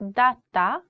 data